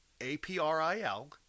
A-P-R-I-L